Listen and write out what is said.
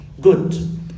good